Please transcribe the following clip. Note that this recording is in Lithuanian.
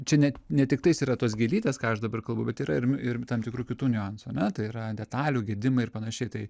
čia net ne tiktais yra tos gėlytės ką aš dabar kalbu bet yra ir ir tam tikrų kitų niuansų ar ne tai yra detalių gedimai ir panašiai tai